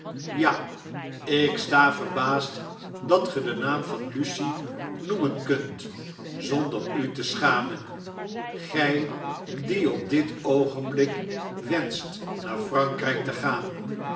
ja ik sta verbaasd dat ge den naam van lucie noemen kunt zonder u te schamen gij die op dit oogenblik wenscht naar frankryk te gaan